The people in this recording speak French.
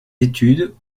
études